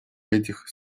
этих